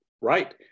Right